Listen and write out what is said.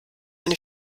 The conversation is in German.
eine